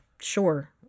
sure